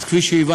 אז כפי שהבנתם,